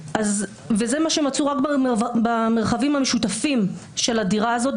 וזה מה שמצאו רק במרחבים המשותפים של הדירה הזאת,